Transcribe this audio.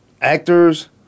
actors